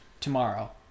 tomorrow